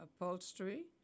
upholstery